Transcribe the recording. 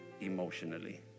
emotionally